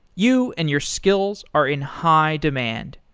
you and your skills are in high demand.